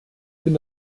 bin